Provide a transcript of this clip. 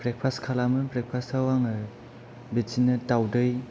breakfast खालामो breakfast आव आङो बिदिनो दाउदै